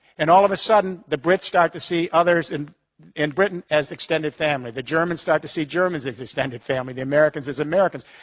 and all of a sudden, the brits start to see others in in britain as extended family. the germans start to see germans as extended family. the americans as americans.